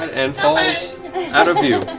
and falls out of view.